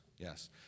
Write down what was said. Yes